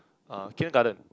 uh kindergarten